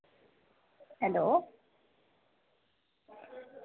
hello